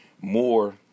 more